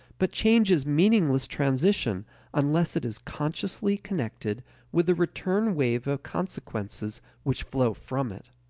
but change is meaningless transition unless it is consciously connected with the return wave of consequences which flow from it.